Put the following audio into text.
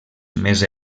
més